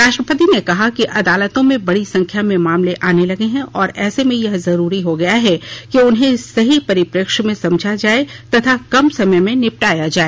राष्ट्रपति ने कहा कि अदालतों में बडी संख्या में मामले आने लगे हैं और ऐसे में यह जरूरी हो गया है कि उन्हें सही परिप्रेक्ष्य में समझा जाए तथा कम समय में निपटाया जाए